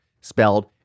spelled